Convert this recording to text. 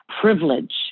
privilege